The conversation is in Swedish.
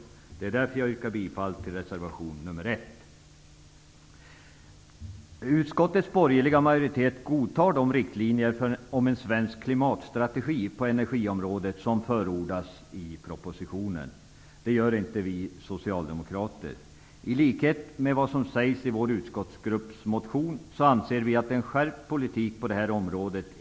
Det är därför jag yrkar bifall till reservation 1. Utskottets borgerliga majoritet godtar de riktlinjer för en svensk klimatstrategi på energiområdet som förordas i propositionen. Det gör inte vi socialdemokrater. I likhet med vad som sägs i motionen från vår utskottsgrupp anser vi att det är absolut nödvändigt med en skärpt politik på det här området.